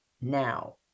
now